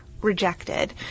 rejected